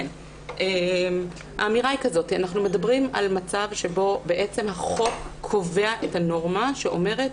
אנחנו מדברים על מצב שבו החוק קובע את הנורמה שאומרת